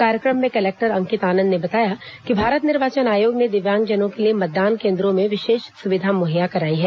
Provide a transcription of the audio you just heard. कार्यक्रम में कलेक्टर अंकित आनंद ने बताया कि भारत निर्वाचन आयोग ने दिव्यांगजनों के लिए मतदान केन्द्रों में विशेष सुविधा मुहैया कराई है